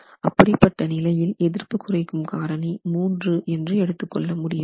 அப்படிப்பட்ட நிலையில் எதிர்ப்பு குறைக்கும் காரணி 3 என்று எடுத்து கொள்ள முடியாது